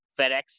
FedEx